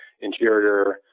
Interior